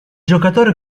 giocatore